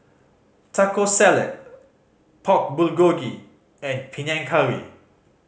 Taco Salad Pork Bulgogi and Panang Curry